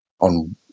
on